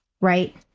right